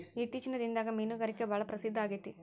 ಇತ್ತೇಚಿನ ದಿನದಾಗ ಮೇನುಗಾರಿಕೆ ಭಾಳ ಪ್ರಸಿದ್ದ ಆಗೇತಿ